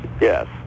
yes